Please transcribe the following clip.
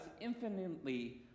infinitely